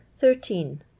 thirteen